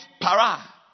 para